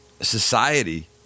society